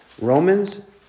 Romans